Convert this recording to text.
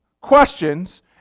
questions